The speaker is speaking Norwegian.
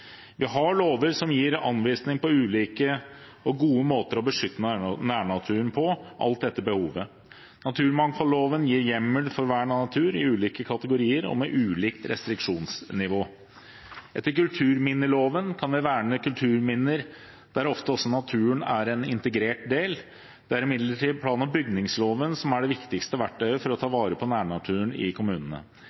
Vi har lover som gir anvisning om ulike og gode måter å beskytte nærnaturen på, alt etter behovet. Naturmangfoldloven gir hjemmel for vern av natur, i ulike kategorier og med ulikt restriksjonsnivå. Etter kulturminneloven kan vi verne kulturminner der ofte også naturen er en integrert del. Det er imidlertid plan- og bygningsloven som er det viktigste verktøyet for å ta vare på nærnaturen i kommunene.